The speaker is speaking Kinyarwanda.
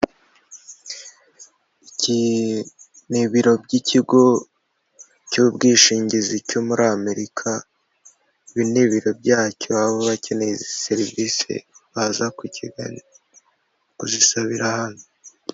Iki ni ibiro by'ikigo cy'ubwishingizi cyo muri Amerika, ibi ni ibiro bya cyo aho abakeneye izi serivisi baza kukigana kuzisabira hano.